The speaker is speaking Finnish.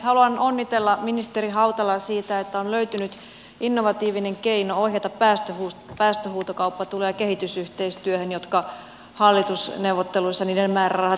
haluan onnitella ministeri hautalaa siitä että on löytynyt innovatiivinen keino ohjata päästöhuutokauppatuloja kehitysyhteistyöhön jonka määrärahat hallitusneuvotteluissa jäädytettiin